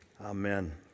Amen